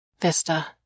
Vista